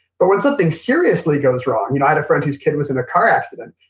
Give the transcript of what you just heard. but when something seriously goes wrong. you know i had a friend whose kid was in a car accident.